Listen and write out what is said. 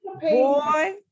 Boy